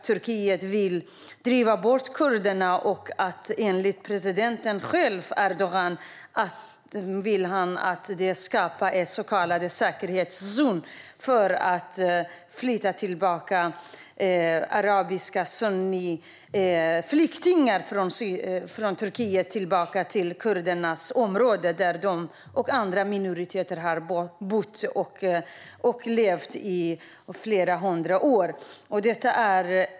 Turkiet vill driva bort kurderna, och Erdogan vill skapa en så kallad säkerhetszon för att flytta arabiska sunniflyktingar från Turkiet till kurdernas område, där de och andra minoriteter har levt i flera hundra år.